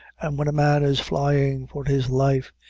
and when a man is flying for his life,